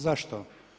Zašto?